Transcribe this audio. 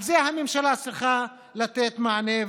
על זה הממשלה צריכה לתת מענה,